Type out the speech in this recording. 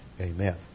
Amen